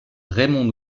raymond